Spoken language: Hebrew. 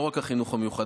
לא רק על החינוך המיוחד.